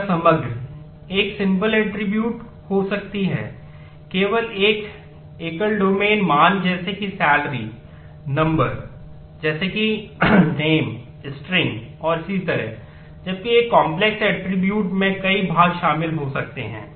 attributes में कई भाग शामिल हो सकते हैं